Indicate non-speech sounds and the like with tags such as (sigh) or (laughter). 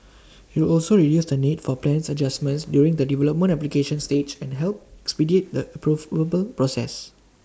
IT will also reduce the need for plans adjustment during the development application stage and help expedite the (unintelligible) process